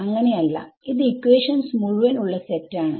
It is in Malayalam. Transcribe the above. അങ്ങനെ അല്ല ഇത് ഇക്വേഷൻസ് മുഴുവൻ ഉള്ള സെറ്റ് ആണ്